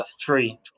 three